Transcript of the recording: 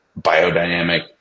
biodynamic